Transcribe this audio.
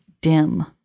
dim